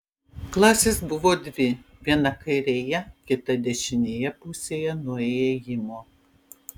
klasės buvo dvi viena kairėje kita dešinėje pusėje nuo įėjimo